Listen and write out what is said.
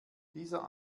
dieser